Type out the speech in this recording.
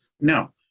no